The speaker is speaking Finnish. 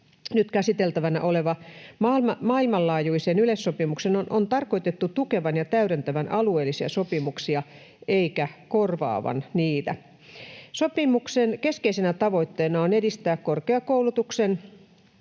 käsiteltävänä olevan maailmanlaajuisen yleissopimuksen on tarkoitettu tukevan ja täydentävän alueellisia sopimuksia eikä korvaavan niitä. Sopimuksen keskeisenä tavoitteena on edistää korkeakoulutukseen